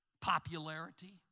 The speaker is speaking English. Popularity